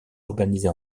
organisée